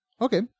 okay